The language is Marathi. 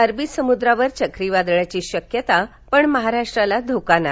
अरबी समुद्रावर चक्रीवादळाची शक्यता पण महाराष्ट्राला धोका नाही